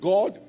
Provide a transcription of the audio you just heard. God